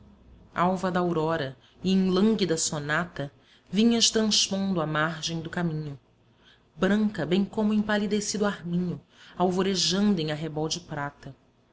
alva daurora e em lânguida sonata vinhas transpondo a margem do caminho branca bem como empalidecido arminho alvorejando em arrebol de prata